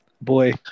Boy